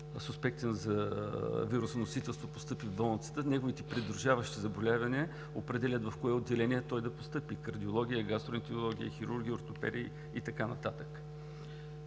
суспектен за вирусоносителство, постъпи в болницата, неговите придружаващи заболявания определят в кое отделение той да постъпи – кардиология, гастроентерология, хирургия, ортопедия и така нататък.